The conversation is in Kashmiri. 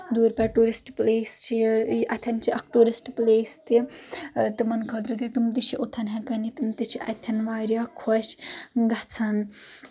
دوٗرِپٮ۪ٹھ ٹورسٹ پٕلیس چھِ یہِ اتٮ۪ن چھِ اکھ ٹورسٹ پٕلیس تہِ تِمن خٲطرٕ تہِ تِم تہِ چھِ اوٚتن ہیٚکان یِتھ تِم تہِ چھِ اتٮ۪ن واریاہ خۄش گژھان